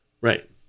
Right